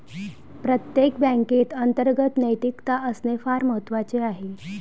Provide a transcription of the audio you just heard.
प्रत्येक बँकेत अंतर्गत नैतिकता असणे फार महत्वाचे आहे